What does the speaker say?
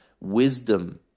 wisdom